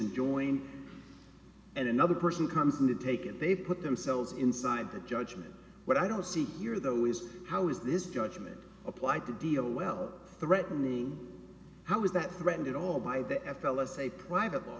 enjoying and another person comes in to take it they put themselves inside the judgment but i don't see here though is how is this judgment applied to deal well threatening how is that threatened at all by the n f l s a private